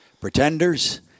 pretenders